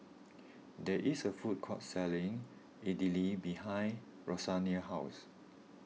there is a food court selling Idili behind Rosanne's house